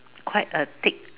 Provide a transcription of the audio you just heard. quite a thick